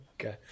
Okay